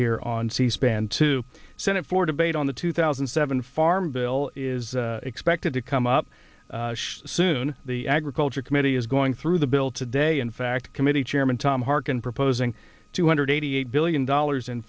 here on c span to senate floor debate on the two thousand and seven farm bill is expected to come up soon the agriculture committee is going through the bill today in fact committee chairman tom harkin proposing two hundred eighty eight billion dollars in